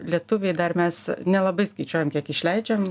lietuviai dar mes nelabai skaičiuojam kiek išleidžiam